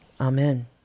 Amen